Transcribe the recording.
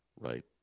Right